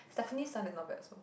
Stephanie Sun is not bad also